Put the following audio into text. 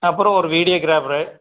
அப்புறம் ஒரு வீடியோகிராஃபரு